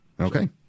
Okay